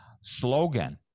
slogan